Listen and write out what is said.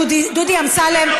דודי אמסלם,